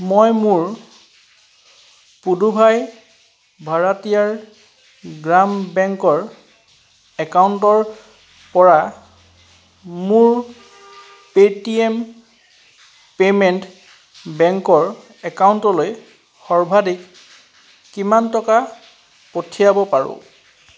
মই মোৰ পুডুভাই ভাৰাতীয়াৰ গ্ৰাম বেংকৰ একাউণ্টৰ পৰা মোৰ পে'টিএম পে'মেণ্ট বেংকৰ একাউণ্টলৈ সৰ্বাধিক কিমান টকা পঠিয়াব পাৰোঁ